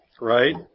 right